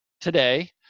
today